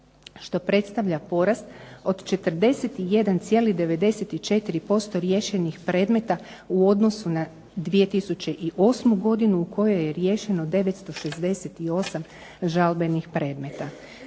što predstavlja porast od 41,94% riješenih predmeta u odnosu na 2008. godinu u kojoj je riješeno 968 žalbenih predmeta.